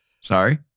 Sorry